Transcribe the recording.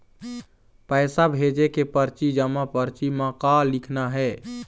पैसा भेजे के परची जमा परची म का लिखना हे?